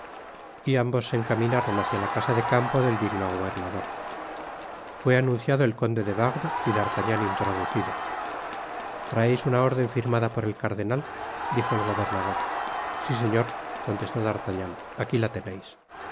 y ambos se encaminaron hacia ta casa de campo del digno gobernador fué anunciado el conde de wardes y d'artagnan introducido traeis una orden firmada por el cardenal dijo el gobernador si señor contestó d'artagnan aqui la teneis